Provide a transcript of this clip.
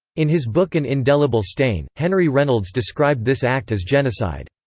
in his book an indelible stain, henry reynolds described this act as genocide.